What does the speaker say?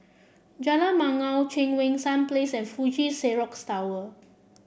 Jalan Bangau Cheang Wan Seng Place and Fuji Xerox Tower